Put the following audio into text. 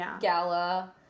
gala